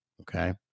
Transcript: Okay